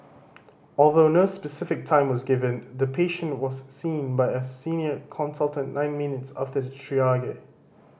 although no specific time was given the patient was seen by a senior consultant nine minutes after the triage